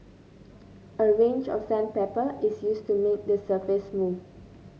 a range of sandpaper is used to make the surface smooth